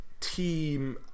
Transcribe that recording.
team